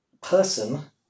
person